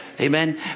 Amen